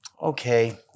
Okay